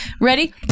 Ready